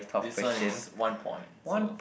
this one is one point so